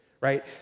right